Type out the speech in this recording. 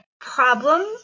problem